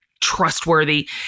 trustworthy